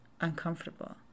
uncomfortable